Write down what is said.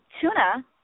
tuna